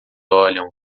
olham